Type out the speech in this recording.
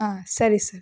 ಹಾಂ ಸರಿ ಸರ್